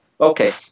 Okay